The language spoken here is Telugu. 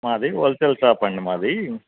మాది హోల్సేల్ షాపండి మాది